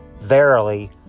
verily